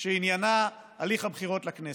שעניינה הליך הבחירות לכנסת.